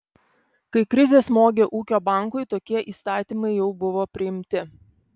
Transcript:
kai krizė smogė ūkio bankui tokie įstatymai jau buvo priimti